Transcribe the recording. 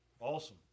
Awesome